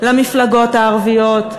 למפלגות הערביות,